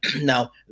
Now